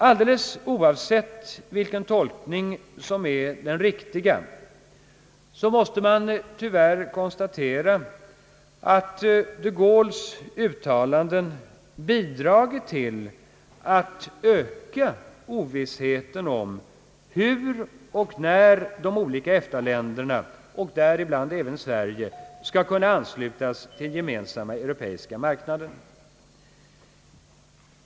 Alldeles oavsett vilken tolkning som är den riktiga måste man tyvärr konstatera att de Gaulles uttalanden bidragit till att öka ovissheten om hur och när de olika EFTA-länderna och däribland även Sverige skall kunna anslutas till den gemensamma europeiska marknaden.